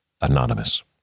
anonymous